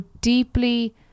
deeply